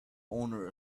owner